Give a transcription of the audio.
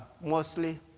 mostly